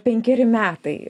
penkeri metai